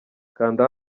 kanda